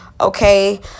Okay